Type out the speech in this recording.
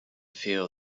feel